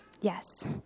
Yes